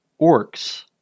orcs